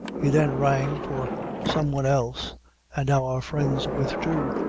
he then rang for some one-else, and our friends withdrew,